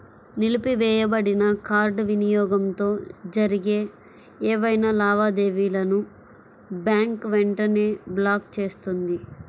నిలిపివేయబడిన కార్డ్ వినియోగంతో జరిగే ఏవైనా లావాదేవీలను బ్యాంక్ వెంటనే బ్లాక్ చేస్తుంది